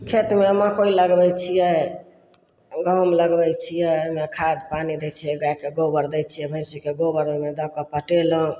खेतमे मकइ लगबै छियै गहुम लगबै छियै ओइमे खाद पानि दै छियै गायके गोबर दै छियै भैंसीके गोबर ओइमे दऽके पटेलहुँ